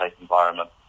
environment